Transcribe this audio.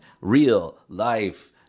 real-life